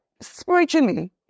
spiritually